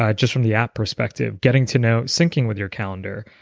ah just from the app perspective, getting to know syncing with your calendar,